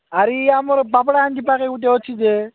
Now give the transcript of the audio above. ଆରେ ଆମର ପାପଡ଼ାହାଣ୍ଡି ପାଖରେ ଗୋଟେ ଅଛି ଯେ